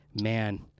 Man